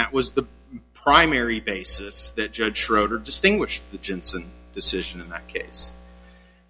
that was the primary basis that judge schroeder distinguished the jensen decision in that case